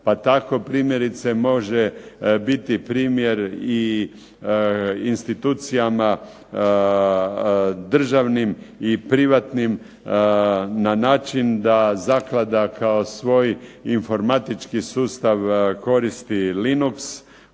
Pa tako primjerice može biti primjer i institucijama državnim i privatnim na način da zaklada kao svoj informatički sustav koristi LYNOKS,